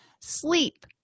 Sleep